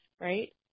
right